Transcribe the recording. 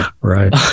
Right